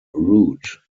route